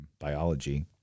biology